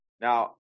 Now